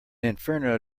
inferno